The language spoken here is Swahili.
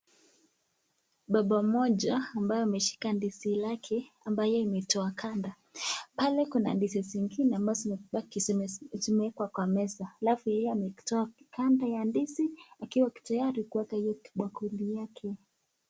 Baba moja ambaye ameshika ndizi lake ambaye imetoa gada . Pale kuna ndizi zingine ambazo zimebaki. Zimewekwa kwa meza alafu yeye ametoa ganda la ndazi akiwa tayari kuweka kwa kundi yake.